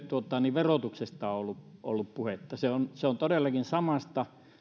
verotuksesta on ollut ollut puhetta todellakin samasta